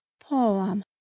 Poem